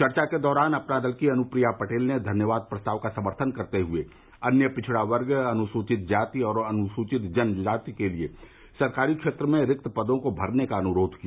चर्चा के दौरान अपना दल की अनुप्रिया पटेल ने धन्यवाद प्रस्ताव का समर्थन करते हुए अन्य पिछड़ा वर्ग अनुसूचित जाति और अनुसूचित जनजाति के लिए सरकारी क्षेत्र में रिक्त पदों को भरने का अनुरोध किया